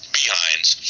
behinds